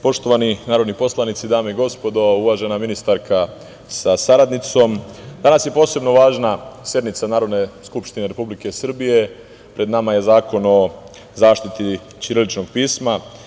Poštovani narodni poslanici, dame i gospodo, uvažena ministarka sa saradnicom, danas je posebno važna sednica Narodne skupštine Republike Srbije, pred nama je Zakon o zaštiti ćiriličnog pisma.